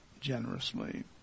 generously